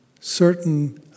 certain